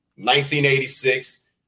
1986